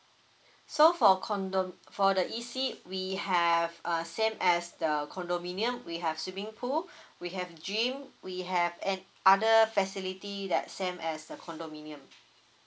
so for condom for the E_C we have err same as the condominium we have swimming pool we have gym we have and other facility that same as a condominium